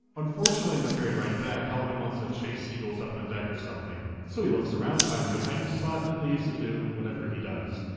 unfortunately, on and the ferry ride back, halligan wants to chase seagulls up on the deck or something. so he looks around, finds a good hiding spot and then leaves to do, whatever he does.